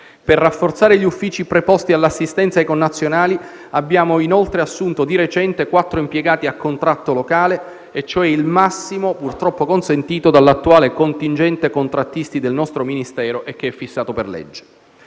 Per rafforzare gli uffici preposti all'assistenza ai connazionali, abbiamo inoltre assunto di recente quattro impiegati a contratto locale, e cioè il massimo purtroppo consentito dall'attuale contingente contrattisti del nostro Ministero, fissato per legge.